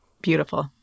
Beautiful